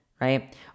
right